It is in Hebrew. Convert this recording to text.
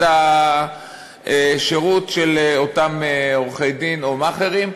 את השירות של אותם עורכי-דין או מאכערים.